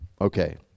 Okay